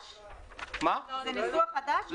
זה ניסוח חדש?